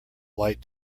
light